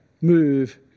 move